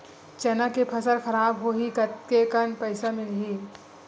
चना के फसल खराब होही कतेकन पईसा मिलही?